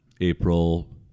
April